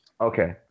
Okay